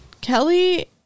Kelly